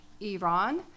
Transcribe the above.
Iran